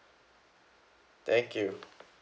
thank you